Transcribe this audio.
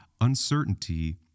uncertainty